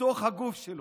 בתוך הגוף שלו.